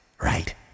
right